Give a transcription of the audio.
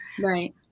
right